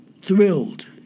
Thrilled